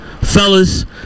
Fellas